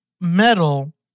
metal